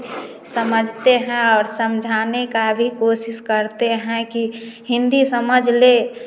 समझते हैं और समझाने का भी कोशिश करते हैं कि हिंदी समझ ले